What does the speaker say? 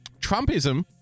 Trumpism